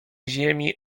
ziemi